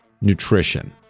nutrition